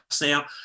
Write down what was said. Now